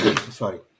sorry